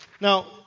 Now